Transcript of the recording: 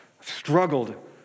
struggled